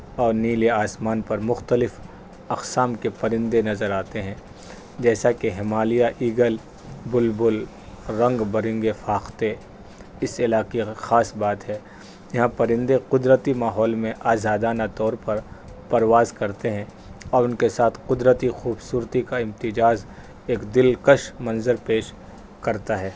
اور نیلے آسمان پر مختلف اقسام کے پرندے نظر آتے ہیں جیسا کہ ہمالیہ ایگل بلبل رنگ برنگے فاختے اس علاقے کا خاص بات ہے یہاں پرندے قدرتی ماحول میں آزادانہ طور پر پرواز کرتے ہیں اور ان کے ساتھ قدرتی خوبصورتی کا امتزاج ایک دلکش منظر پیش کرتا ہے